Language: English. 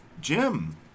Jim